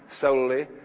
solely